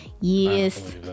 Yes